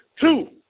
Two